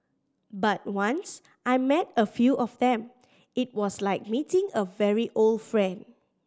but once I met a few of them it was like meeting a very old friend